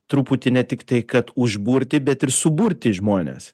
truputį ne tiktai kad užburti bet ir suburti žmones